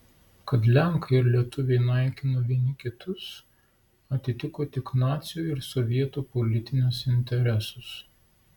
kad lenkai ir lietuviai naikino vieni kitus atitiko tik nacių ir sovietų politinius interesus